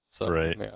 Right